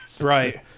right